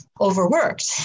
overworked